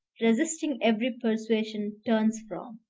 resisting every persuasion, turns from,